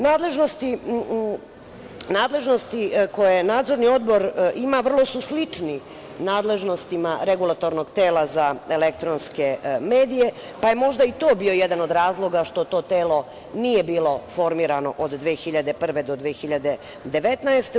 Nadležnosti koje Nadzorni odbor ima vrlo su slični nadležnostima Regulatornog tela za elektronske medije, pa je možda i to bio jedan od razloga što to telo nije bilo formirano od 2001. do 2019. godine.